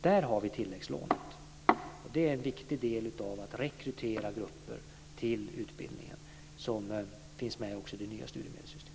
Där har vi tilläggslånet. Det är en viktig del av att rekrytera grupper till utbildningen som finns med också i det nya studiemedelssystemet.